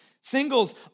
Singles